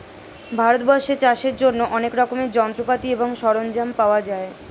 ভারতবর্ষে চাষের জন্য অনেক রকমের যন্ত্রপাতি এবং সরঞ্জাম পাওয়া যায়